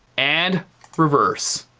and reverse.